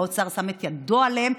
האוצר שם את ידו עליהם.